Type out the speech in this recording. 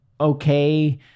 okay